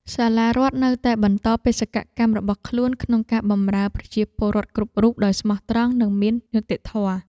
សាលារដ្ឋនៅតែបន្តបេសកកម្មរបស់ខ្លួនក្នុងការបម្រើប្រជាពលរដ្ឋគ្រប់រូបដោយស្មោះត្រង់និងមានយុត្តិធម៌។